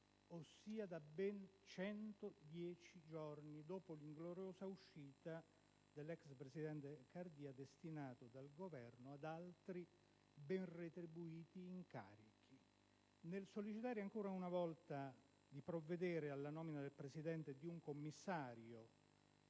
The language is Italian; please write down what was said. ossia da ben 110 giorni, dopo l'ingloriosa uscita dell'ex presidente Cardia, destinato dal Governo ad altri ben retribuiti incarichi. Nel sollecitare ancora una volta a provvedere alla nomina di un presidente e di un commissario